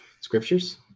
Scriptures